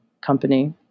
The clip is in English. company